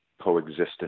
coexistence